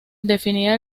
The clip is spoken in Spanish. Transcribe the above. defendía